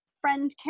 friend